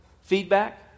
feedback